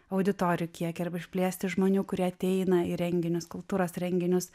auditorijų kiekį arba išplėsti žmonių kurie ateina į renginius kultūros renginius